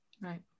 Right